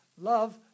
love